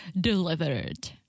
delivered